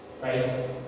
Right